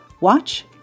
Watch